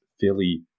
fairly